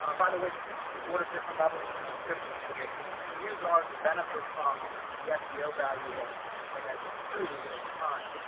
ah by the way, you can order different levels of subscriptions for this but you can use ours and benefit from the seo value that it has accrued over time.